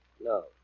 No